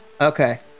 Okay